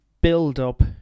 build-up